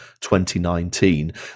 2019